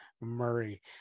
Murray